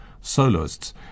soloists